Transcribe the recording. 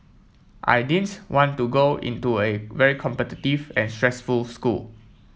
I didn't want to go into a very competitive and stressful school